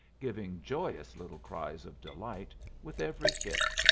giving joyous little cries of delight with every hit,